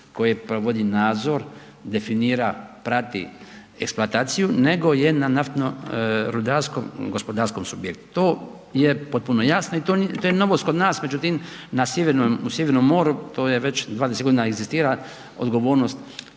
koje provodi nadzor, definira, prati eksploataciju, nego je na naftno-rudarskom gospodarskom subjektu. To je potpuno jasno i to je novost kod nas. Međutim, u sjevernom moru to je već 20 godina egzistira odgovornost